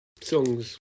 songs